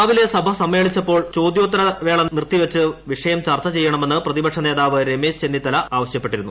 രാവിലെ സഭ സമ്മേളിച്ചപ്പോൾ ചോദ്യോത്തരവേള നിർത്തിവച്ച് വിഷയം ചർച്ച ചെയ്യണമെന്ന് പ്രതിപക്ഷ നേതാവ് രമേശ് ചെന്നിത്തല ആവശ്യപ്പെട്ടിരുന്നു